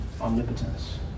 omnipotence